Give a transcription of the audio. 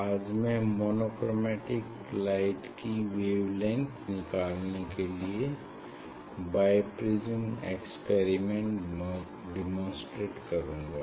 आज मैं monochromatic light की वेवलेंग्थ निकालने के लिए बाईप्रिज्म एक्सपेरिमेंट डेमोंस्ट्रेट करूंगा